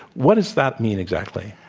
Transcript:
what does that mean, exactly?